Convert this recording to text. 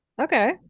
Okay